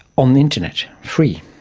on the internet, free.